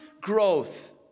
growth